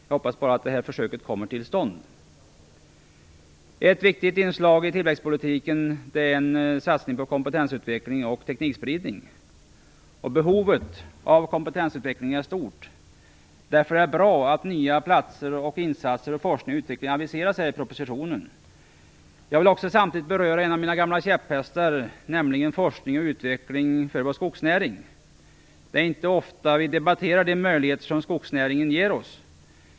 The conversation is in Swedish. Jag hoppas bara att det här försöket kommer till stånd. Ett viktigt inslag i tillväxtpolitiken är en satsning på kompetensutveckling och teknikspridning. Behovet av kompetensutveckling är stort. Därför är det bra att nya platser och insatser för forskning och utveckling aviseras i propositionen. Jag vill också samtidigt beröra en av mina gamla käpphästar, nämligen forskning och utveckling för vår skogsnäring. Det är inte ofta vi debatterar de möjligheter som skogsnäringen ger oss.